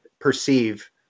perceive